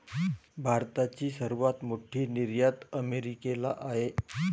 भारताची सर्वात मोठी निर्यात अमेरिकेला आहे